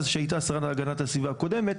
בהשתתפותה של השרה להגנת הסביבה הקודמת,